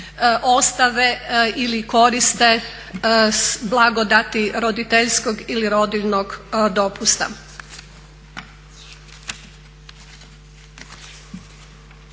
ostave ili koriste blagodati roditeljskog ili rodiljnog dopusta.